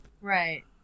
Right